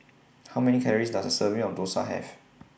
How Many Calories Does A Serving of Dosa Have